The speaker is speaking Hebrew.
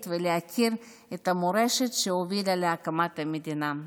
ולהכיר את המורשת שהובילה להקמת המדינה.